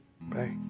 Bye